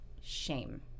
shame